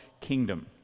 kingdom